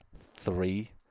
three